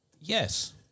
Yes